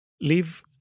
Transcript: Leave